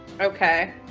Okay